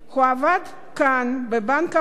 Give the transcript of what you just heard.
בבנק ההולנדי בחיפה.